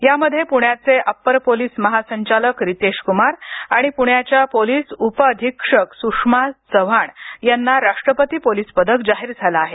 यामध्ये प्ण्याचे अपर पोलीस महासंचालक रितेश क्मार आणि पुण्याच्या पोलीस उप अधीक्षक सुषमा चव्हाण यांना राष्ट्रपती पोलीस पदक जाहीर झाले आहे